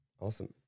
Awesome